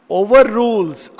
overrules